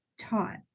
taught